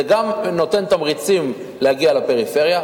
זה גם נותן תמריצים להגיע לפריפריה,